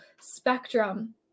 spectrum